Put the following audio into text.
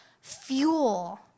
fuel